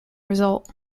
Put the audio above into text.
result